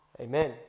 Amen